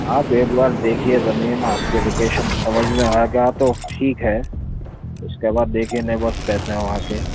آپ ایک بار دیکھیے زمین آپ کے لوکیشن سمجھ میں آئے گا تو ٹھیک ہے اُس کے بعد دیکھیں نیبرس کیسے ہیں وہاں کے